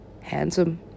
Handsome